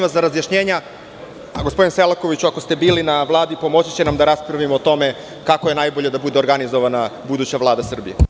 Gospodine Selakoviću, ako ste bili na Vladi, pomoći će nam da raspravimo o tome kako je najbolje da bude organizovana buduća Vlada Srbije.